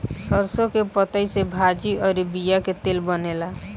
सरसों के पतइ से भाजी अउरी बिया के तेल बनेला